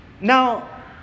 now